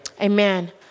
Amen